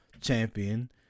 champion